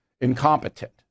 incompetent